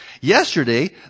Yesterday